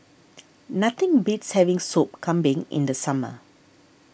nothing beats having Sop Kambing in the summer